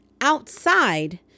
Outside